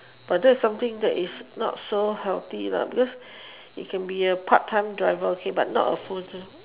but that is something that is not so healthy because you can be a part time driver okay but not a full time